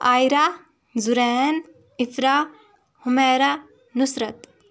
ایرا Zurin Ifrah Humaira Nusrat